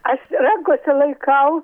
aš rankose laikau